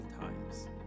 times